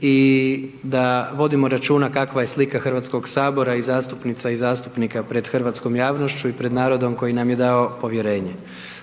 i da vodimo računa kakva je slika Hrvatskog sabora i zastupnica i zastupnika pred hrvatskom javnošću i pred narodom koji nam je dao povjerenje.